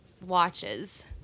watches